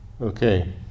Okay